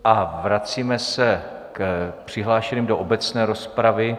A vracíme se k přihlášeným do obecné rozpravy.